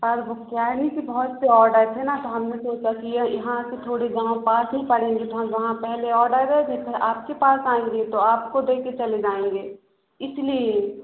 पर वह क्या है नहीं कि बहुत ऑडर है ना तो हमने सोचा कि यहाँ आकर थोड़े गाँव पास ही वहाँ पहले ऑडर है नहीं फिर आपके पास आएँगे तो आपको देकर चले जाएँगे इसलिए